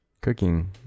cooking